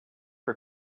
for